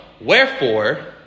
Wherefore